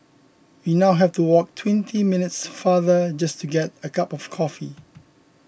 we now have to walk twenty minutes farther just to get a cup of coffee